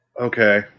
Okay